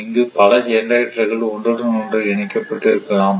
இங்கு பல ஜெனரேட்டர்கள் ஒன்றுடன் ஒன்று இணைக்கப்பட்டு இருக்கலாம்